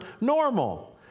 normal